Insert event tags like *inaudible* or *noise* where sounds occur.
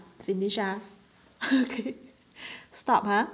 finish ah okay *laughs* *breath* stop !huh!